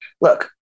look